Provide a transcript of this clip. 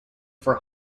for